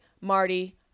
Marty